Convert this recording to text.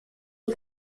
une